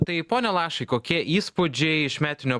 tai pone lašai kokie įspūdžiai iš metinio